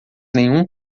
nenhum